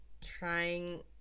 trying